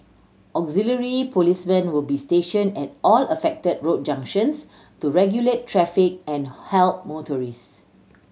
auxiliary policemen will be stationed at all affected road junctions to regulate traffic and help motorists